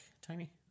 Tiny